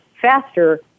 faster